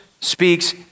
speaks